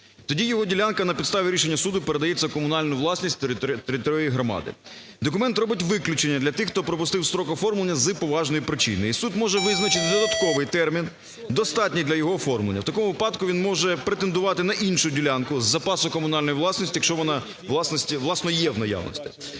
Тоді його ділянка на підставі рішення суду передається в комунальну власність територіальної громади. Документ робить виключення для тих, хто пропустив строк оформлення з поважаної причини, і суд може визначити додатковий термін достатній для його оформлення. В такому випадку він може претендувати на іншу ділянку з запасу комунальної власності, якщо вона, власне, є в наявності.